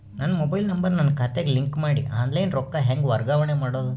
ನನ್ನ mobile number ನನ್ನ ಖಾತೆಗೆ ಲಿಂಕ್ ಮಾಡಿ ಆನ್ಲೈನ್ ರೊಕ್ಕ ಹೆಂಗ ವರ್ಗಾವಣೆ ಮಾಡೋದು?